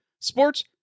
Sports